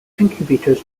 incubators